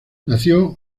nació